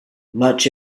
much